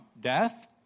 death